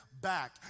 back